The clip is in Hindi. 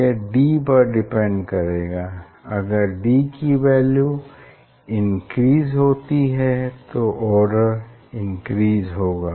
यह d पर डिपेंड करेगा अगर d की वैल्यू इंक्रीज होती है तो आर्डर m इंक्रीज होगा